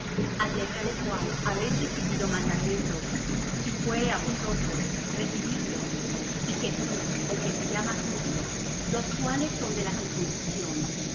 en la prisión os saluda y marcos el sobrino de bernabé acerca del cual habéis recibido mandamientos si fuere á vosotros recibidle y jesús el que se llama justo los cuales son de la circuncisión